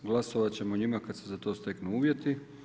Glasovat ćemo o njima kad se za to steknu uvjeti.